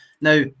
Now